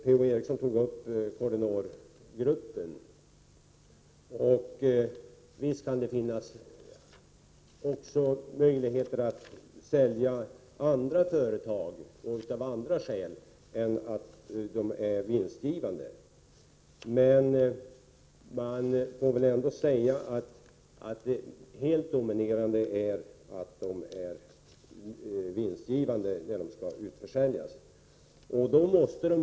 Per-Ola Eriksson nämnde Cordinorgruppen, och visst kan det finnas möjligheter att sälja också andra företag och av andra skäl än att de är vinstgivande. Men man får väl ändå säga att den helt dominerande delen av dem som skulle komma att säljas är de företag som är vinstgivande.